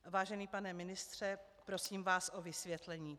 Vážený pane ministře, prosím vás o vysvětlení.